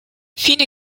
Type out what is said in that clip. fine